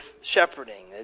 shepherding